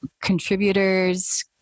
contributors